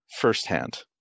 firsthand